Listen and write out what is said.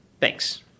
Thanks